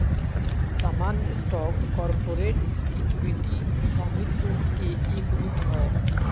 सामान्य stock corporate equity स्वामित्व के एक रूप हय